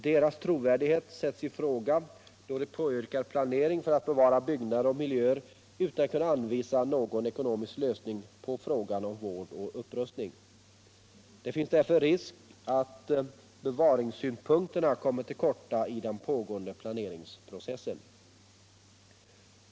Deras trovärdighet sätts i fråga då de påyvrkar planering för att bevara byggnader och miljöer utan att kunna anvisa någon ekonomisk lösning på frågan om vård och upprustning. Det finns därför risk för att bevaringssynpunkterna kommer till korta i den pågående planeringsprocessen.